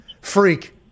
freak